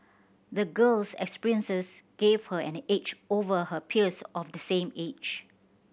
the girl's experiences gave her an edge over her peers of the same age